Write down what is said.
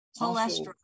cholesterol